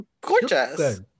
gorgeous